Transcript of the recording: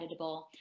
editable